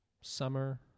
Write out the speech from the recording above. Summer